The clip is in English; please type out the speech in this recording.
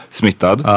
smittad